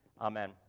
Amen